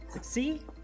See